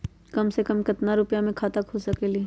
कम से कम केतना रुपया में खाता खुल सकेली?